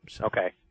Okay